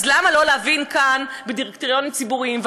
למה לא להבין כאן בדירקטוריונים ציבוריים?